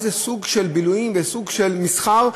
איזה סוג של בילויים וסוג של מסחר,